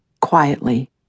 Quietly